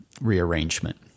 rearrangement